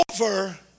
over